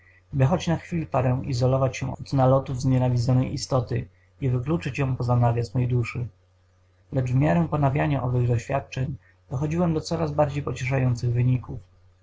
by choć na chwil parę izolować się od nalotów znienawidzonej istoty i wykluczyć ją poza nawias mej duszy lecz w miarę ponawiania owych doświadczeń dochodziłem do coraz bardziej pocieszających wyników